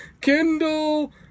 Kindle